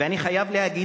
ואני חייב להגיד,